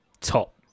top